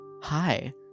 Hi